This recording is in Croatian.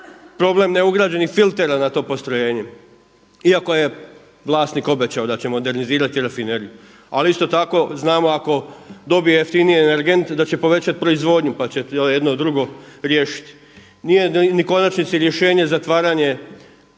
problem neugrađenih filtera na tom postrojenju, iako je vlasnik obećao da će modernizirati rafineriju. Ali isto tako znamo da ako dobije jeftinije energente da će povećati proizvodnju pa će to jedno drugo riješiti. Nije u konačnici rješenje zatvaranje,